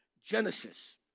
Genesis